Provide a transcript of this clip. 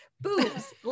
boobs